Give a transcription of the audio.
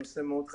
נושא מאוד חשוב,